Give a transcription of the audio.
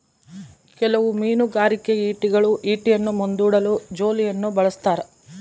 ಕೆಲವು ಮೀನುಗಾರಿಕೆ ಈಟಿಗಳು ಈಟಿಯನ್ನು ಮುಂದೂಡಲು ಜೋಲಿಯನ್ನು ಬಳಸ್ತಾರ